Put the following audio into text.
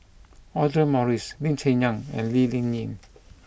Audra Morrice Lee Cheng Yan and Lee Ling Yen